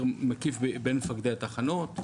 בין מפקדי התחנות,